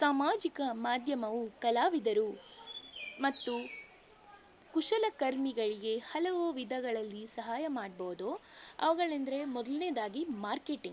ಸಾಮಾಜಿಕ ಮಾಧ್ಯಮವು ಕಲಾವಿದರು ಮತ್ತು ಕುಶಲ ಕರ್ಮಿಗಳಿಗೆ ಹಲವು ವಿಧಗಳಲ್ಲಿ ಸಹಾಯ ಮಾಡ್ಬೌದು ಅವುಗಳೆಂದರೆ ಮೊದಲನೇದಾಗಿ ಮಾರ್ಕೆಟಿಂಗ್